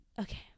okay